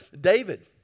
David